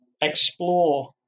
explore